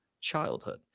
childhood